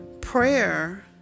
prayer